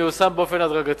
מיושם באופן הדרגתי: